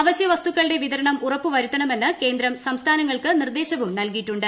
അവശ്യവസ്തുക്കളുടെ വിതരണം ഉറപ്പുവരുത്തണമെന്ന് കേന്ദ്രം സംസ്ഥാനങ്ങൾക്ക് നിർദ്ദേശവും നൽകിയിട്ടുണ്ട്